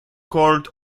called